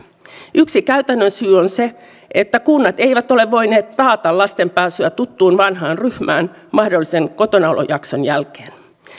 yksi käytännön syy on se että kunnat eivät ole voineet taata lasten pääsyä tuttuun vanhaan ryhmään mahdollisen kotonaolojakson jälkeen